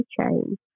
chain